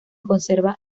conserva